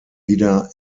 wieder